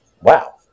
wow